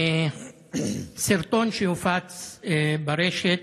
סרטון שהופץ ברשת,